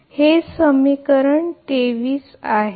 तर हे समीकरण 23 आहे